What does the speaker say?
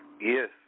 Yes